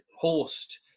host